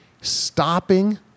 stopping